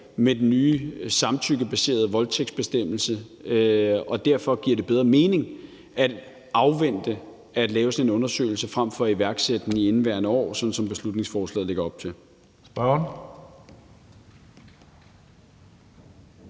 i den nye samtykkebaserede voldtægtsbestemmelse. Derfor giver det bedre mening at vente med at lave sådan en undersøgelse frem for at iværksætte den i indeværende år, sådan som beslutningsforslaget lægger op til.